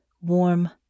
warm